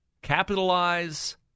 capitalize